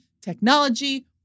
technology